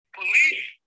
police